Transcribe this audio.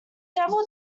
several